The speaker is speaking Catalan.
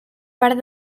part